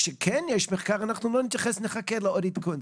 כשכן יש מחקר, אתם לא מתייחסים ומחכים לעוד עדכון.